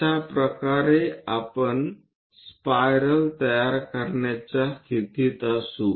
अशा प्रकारे आपण स्पायरल तयार करण्याच्या स्थितीत असू